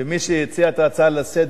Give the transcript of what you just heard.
ומי שהציע את ההצעה לסדר,